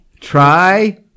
Try